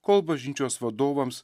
kol bažnyčios vadovams